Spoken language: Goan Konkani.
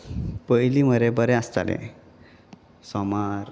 पयलीं मरे बरें आसताले सोमार